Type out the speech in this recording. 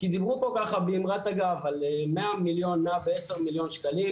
כי דיברו פה ככה באמרת אגב על 110 מיליון שקלים